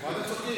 מה אתם צוחקים?